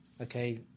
Okay